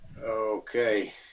Okay